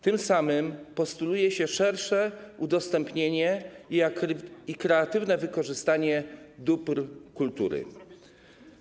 Tym samym postuluje się szersze udostępnienie i kreatywne wykorzystanie dóbr kultury.